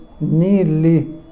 nearly